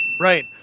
Right